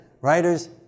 writers